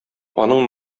аның